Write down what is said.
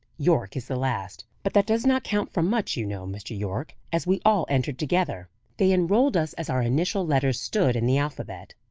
yorke is the last. but that does not count for much, you know, mr. yorke, as we all entered together. they enrolled us as our initial letters stood in the alphabet.